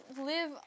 live